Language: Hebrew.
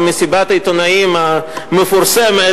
במסיבת העיתונאים המפורסמת,